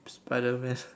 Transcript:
spiderman